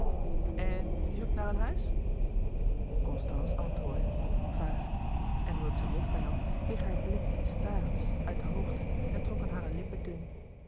en je zoekt naar een huis constance antwoordde vaag en omdat zij hoofdpijn had kreeg haar blik iets starends uit de hoogte en trokken hare lippen dun